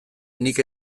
nik